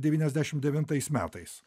devyniasdešim devintais metais